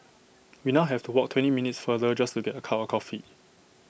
we now have to walk twenty minutes farther just to get A cup of coffee